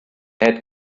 had